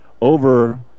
over